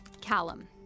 Callum